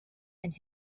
and